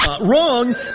Wrong